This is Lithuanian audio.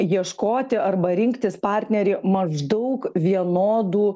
ieškoti arba rinktis partnerį maždaug vienodų